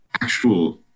actual